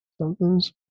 Something's